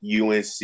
UNC